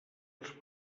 uns